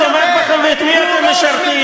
מי תומך בכם ואת מי אתם משרתים.